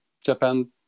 Japan